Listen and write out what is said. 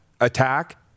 attack